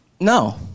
No